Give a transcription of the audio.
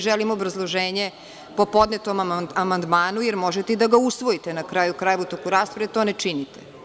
Želim obrazloženje po podnetom amandmanu, jer možete i da ga usvojite, na kraju krajeva, tokom rasprave, a vi to ne činite.